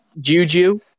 Juju